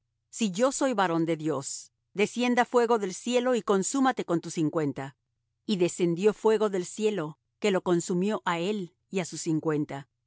si yo soy varón de dios descienda fuego del cielo y consúmate con tus cincuenta y descendió fuego del cielo que lo consumió á él y á sus cincuenta